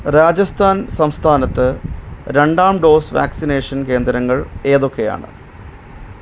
രാജസ്ഥാൻ സംസ്ഥാനത്ത് രണ്ടാം dose vaccination കേന്ദ്രങ്ങൾ ഏതൊക്കെയാണ്